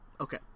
Okay